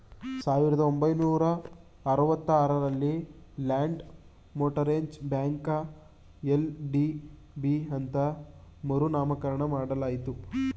ಸಾವಿರದ ಒಂಬೈನೂರ ಅರವತ್ತ ಆರಲ್ಲಿ ಲ್ಯಾಂಡ್ ಮೋಟರೇಜ್ ಬ್ಯಾಂಕ ಎಲ್.ಡಿ.ಬಿ ಅಂತ ಮರು ನಾಮಕರಣ ಮಾಡಲಾಯಿತು